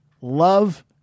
love